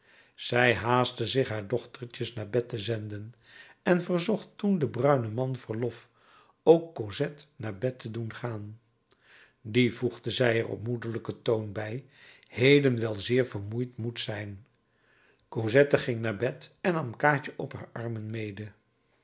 zij haastte zich haar dochtertjes naar bed te zenden en verzocht toen den bruinen man verlof ook cosette naar bed te doen gaan die voegde zij er op moederlijken toon bij heden wel zeer vermoeid moet zijn cosette ging naar bed en nam kaatje op haar armen mede